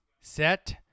set